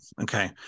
Okay